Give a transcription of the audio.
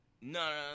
no